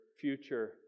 future